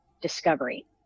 discovery